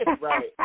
Right